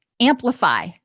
amplify